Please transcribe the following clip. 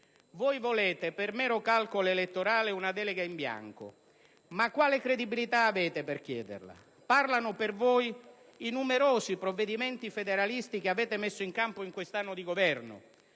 Voi volete, per mero calcolo elettorale, una delega in bianco: ma quale credibilità avete per chiederla? Parlano per voi i numerosi provvedimenti federalisti che avete messo in campo in quest'anno di Governo: